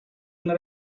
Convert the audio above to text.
una